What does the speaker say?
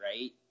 right